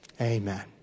amen